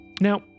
Now